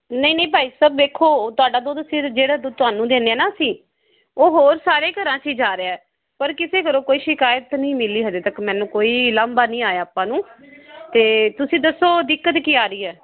ਨਹੀਂ ਨਹੀਂ ਭਾਈ ਸਾਹਿਬ ਵੇਖੋ ਤੁਹਾਡਾ ਦੁੱਧ ਅਸੀਂ ਜਿਹੜਾ ਦੁੱਧ ਤੁਹਾਨੂੰ ਦਿੰਦੇ ਹਾਂ ਅਸੀਂ ਉਹ ਹੋਰ ਸਾਰੇ ਘਰਾਂ 'ਚ ਹੀ ਜਾ ਰਿਹਾ ਹੈ ਪਰ ਕਿਸੇ ਘਰੋਂ ਕੋਈ ਸ਼ਿਕਾਇਤ ਨਹੀਂ ਮਿਲੀ ਹਜੇ ਤੱਕ ਮੈਨੂੰ ਕੋਈ ਵੀ ਉਲਾਂਭਾ ਨਹੀਂ ਆਇਆ ਆਪਾਂ ਨੂੰ ਅਤੇ ਤੁਸੀਂ ਦੱਸੋ ਦਿੱਕਤ ਕੀ ਆ ਰਹੀ ਹੈ